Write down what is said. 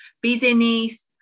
business